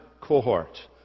cohort